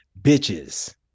bitches